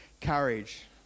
courage